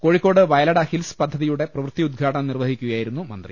Kozhikode Vayalada hills പദ്ധതിയുടെ പ്രവൃത്തി ഉദ്ഘാ ടനം നിർവഹിക്കുകയായിരുന്നു മന്ത്രി